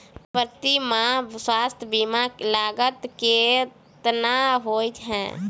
प्रति माह स्वास्थ्य बीमा केँ लागत केतना होइ है?